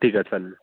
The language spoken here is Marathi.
ठीक आहे चालेल